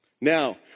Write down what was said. now